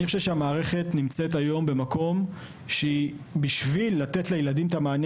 אני חושב שהמערכת נמצאת היום במקום שבשביל לתת לילדים את המענה